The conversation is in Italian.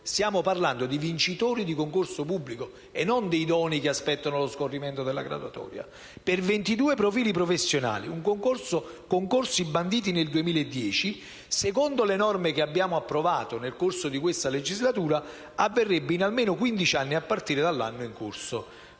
(stiamo parlando di vincitori di concorso pubblico, e non di idonei che aspettano lo scorrimento della graduatoria), per 22 profili professionali (concorsi banditi nel 2010, secondo le norme che abbiamo approvato nel corso di questa legislatura), avverrebbe in almeno 15 anni a partire dall'anno in corso.